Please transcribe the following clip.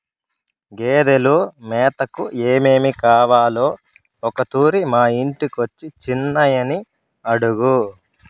గేదెలు మేతకు ఏమేమి కావాలో ఒకతూరి మా ఇంటికొచ్చి చిన్నయని అడుగు